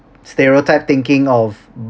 stereotype thinking of